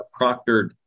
proctored